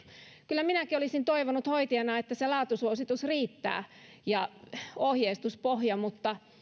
kyllä minäkin olisin toivonut hoitajana että se laatusuositus ja ohjeistuspohja riittää mutta